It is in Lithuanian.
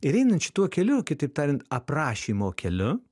ir einant šituo keliu kitaip tariant aprašymo keliu